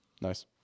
nice